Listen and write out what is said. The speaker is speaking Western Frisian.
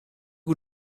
oer